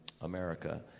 America